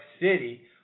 city